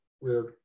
weird